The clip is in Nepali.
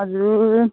हजुर